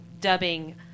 dubbing